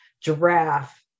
giraffe